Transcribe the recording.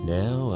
now